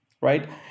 right